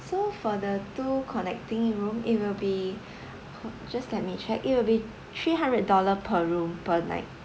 so for the two connecting room it will be just let me check it will be three hundred dollar per room per night